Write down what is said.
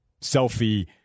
selfie